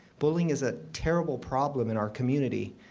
bullying is a terrible problem in our community.